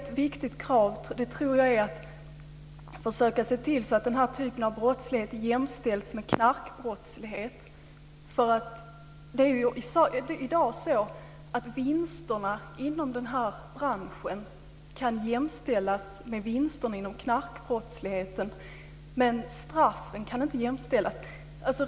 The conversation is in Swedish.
Ett viktigt krav är att man försöker se till att den här typen av brottslighet jämställs med knarkbrottslighet. Det är i dag så att vinsterna inom den här branschen kan jämställas med vinsterna inom knarkbrottsligheten, men straffen är inte jämförbara.